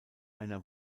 einer